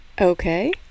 Okay